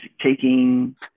taking